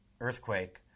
earthquake